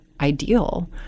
ideal